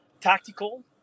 Tactical